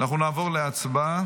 אנחנו נעבור להצבעה.